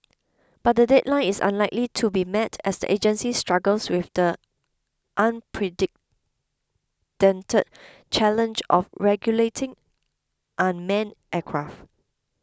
but the deadline is unlikely to be met as the agency struggles with the challenge of regulating unmanned aircraft